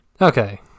Okay